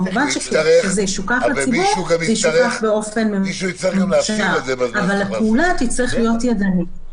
כמובן שזה ישוקף לציבור באופן ממוחשב אבל הפעולה תצטרך להיות ידנית.